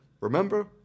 Remember